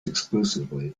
exclusively